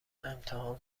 امتحان